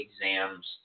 exams